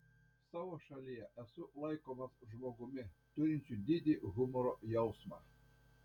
savo šalyje esu laikomas žmogumi turinčiu didį humoro jausmą